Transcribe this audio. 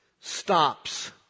stops